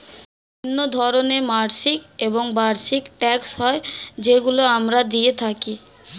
বিভিন্ন ধরনের মাসিক এবং বার্ষিক ট্যাক্স হয় যেগুলো আমরা দিয়ে থাকি